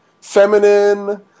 feminine